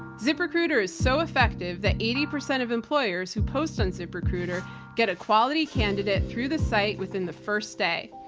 ziprecruiter is so effective that eighty percent of employers who post on ziprecruiter get a quality candidate through the site within the first day.